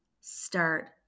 start